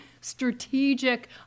strategic